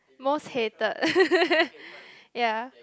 most hated ya